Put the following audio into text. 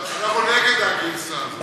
אנחנו נגד הגרסה הזאת.